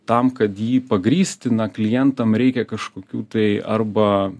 tam kad jį pagrįsti na klientam reikia kažkokių tai arba